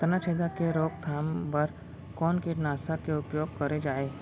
तनाछेदक के रोकथाम बर कोन कीटनाशक के उपयोग करे जाये?